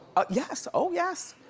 oh yes, oh yes.